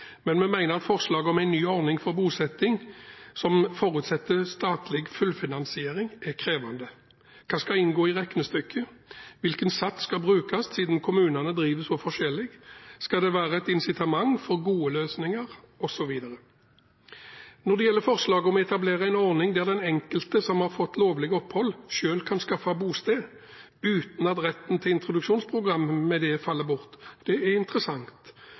men vi mener at forslaget om en ny ordning for bosetting som forutsetter statlig fullfinansiering, er krevende. Hva skal inngå i regnestykket? Hvilken sats skal brukes, siden kommunene driver så forskjellig? Skal det være et incitament for gode løsninger, osv.? Når det gjelder forslaget om å etablere en ordning der den enkelte som har fått lovlig opphold, selv kan skaffe bosted uten at retten til introduksjonsprogram med det faller bort, synes vi det er interessant.